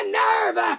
nerve